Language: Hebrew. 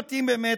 למי מתאים באמת